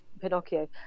Pinocchio